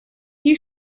you